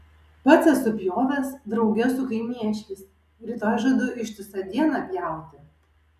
pats esu pjovęs drauge su kaimiečiais rytoj žadu ištisą dieną pjauti